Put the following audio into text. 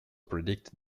predicted